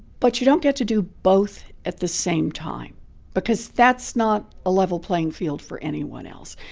but you don't get to do both at the same time because that's not a level playing field for anyone else.